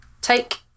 Take